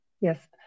Yes